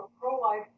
pro-life